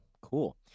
cool